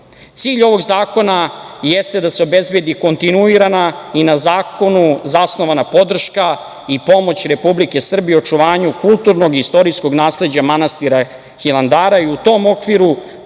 ovog zakona jeste da se obezbedi kontinuirana i na zakonu zasnovana podrška i pomoć Republike Srbije u očuvanju kulturnog i istorijskog nasleđa manastira Hilandara i u tom okviru